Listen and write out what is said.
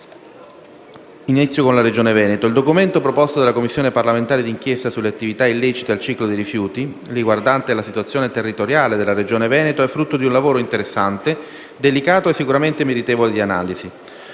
Siciliana, partendo dal Veneto. Il documento proposto dalla Commissione parlamentare d'inchiesta sulle attività illecite connesse al ciclo dei rifiuti riguardante la situazione territoriale della Regione Veneto, è frutto di un lavoro interessante, delicato e sicuramente meritevole di analisi.